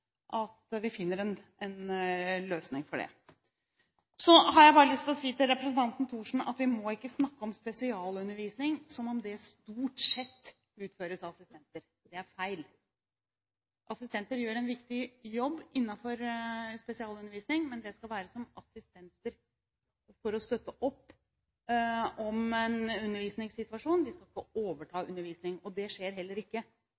offentlig regi, finner en løsning. Så har jeg bare lyst til å si til representanten Thorsen at vi ikke må snakke om spesialundervisning som om det «stort sett» utføres av assistenter. Det er feil. Assistenter gjør en viktig jobb innenfor spesialundervisning, men det skal være som assistenter for å støtte opp om en undervisningssituasjon. De skal ikke overta undervisning. Det skjer heller ikke,